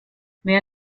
mehr